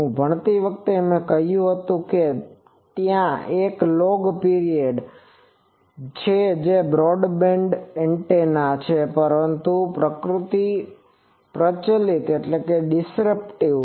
ભણતી વખતે મે કહ્યું હતું કે ત્યાં એક લોગ પીરિયડિકલ એન્ટેના છે જે બ્રોડબેન્ડ એન્ટેના છે પરંતુ તેની પ્રકૃતિ પ્રચલિત છે